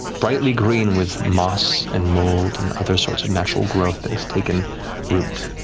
brightly green with moss and mold and other sorts of natural growth that has taken root.